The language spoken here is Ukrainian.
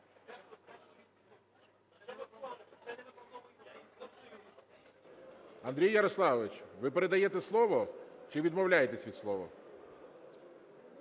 Андрій Ярославович, ви передаєте слово чи відмовляєтесь від слова?